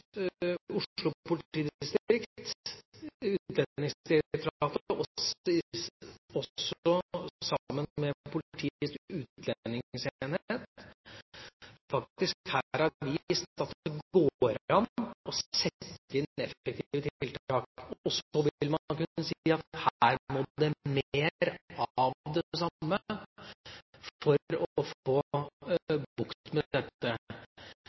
Oslo politidistrikt og Utlendingsdirektoratet, sammen med Politiets utlendingsenhet, her har vist at det går an å sette inn effektive tiltak. Så vil man kunne si at her må det til mer av det samme for å få bukt med dette.